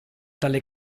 dalle